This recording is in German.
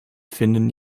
finden